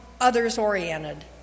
others-oriented